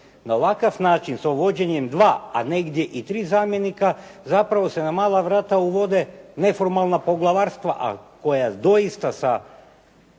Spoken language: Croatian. Na ovakav način sa uvođenjem dva a negdje i tri zamjenika zapravo se na mala vrata uvode neformalna poglavarstva a koja doista sa